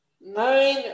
nine